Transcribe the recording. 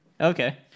Okay